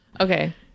Okay